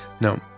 no